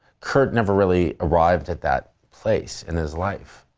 kurt never really arrived at that place in his life,